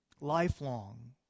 lifelong